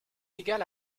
égale